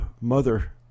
mother